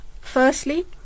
Firstly